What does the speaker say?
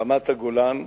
רמת-הגולן,